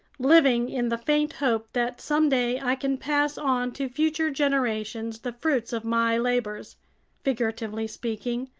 living in the faint hope that someday i can pass on to future generations the fruits of my labors figuratively speaking,